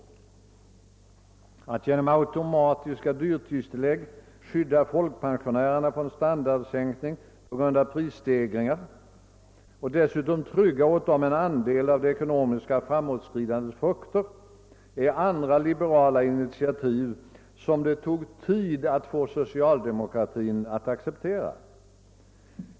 Att genom automatiska dyrtidstillägg skydda folkpensionärerna från standardsänkning på grund av prisstegringar och dessutom trygga åt dem en andel av det ekonomiska framåtskridandets frukter är andra liberala initiativ som det tog tid att få socialdemokraterna att acceptera.